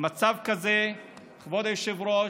כבוד היושב-ראש,